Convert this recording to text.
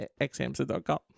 xhamster.com